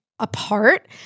Apart